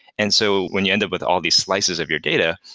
and so when you end up with all these slices of your data,